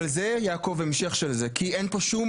אבל, יעקב, זה המשך של זה, כי אין פה שום